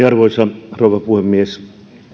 arvoisa rouva puhemies